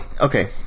Okay